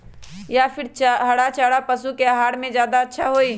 या फिर हरा चारा पशु के आहार में ज्यादा अच्छा होई?